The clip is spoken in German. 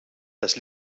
das